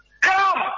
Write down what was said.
come